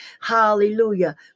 hallelujah